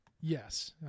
Yes